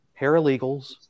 paralegals